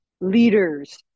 leaders